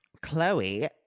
Chloe